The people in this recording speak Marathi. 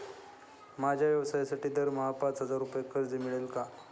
माझ्या व्यवसायासाठी दरमहा पाच हजार रुपये कर्ज मिळेल का?